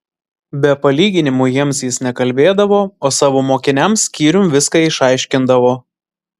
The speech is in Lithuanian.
be palyginimų jiems jis nekalbėdavo o savo mokiniams skyrium viską išaiškindavo